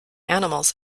animals